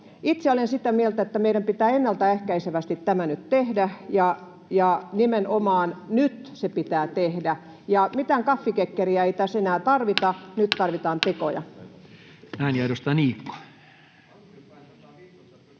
Itse olen sitä mieltä, että meidän pitää ennaltaehkäisevästi tämä nyt tehdä ja nimenomaan nyt se pitää tehdä. Ja mitään kaffikekkeriä ei tässä enää tarvita. [Puhemies